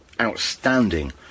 outstanding